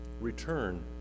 Return